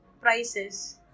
prices